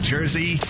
Jersey